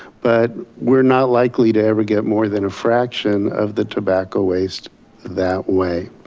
but were not likely to ever get more than a fraction of the tobacco waste that way.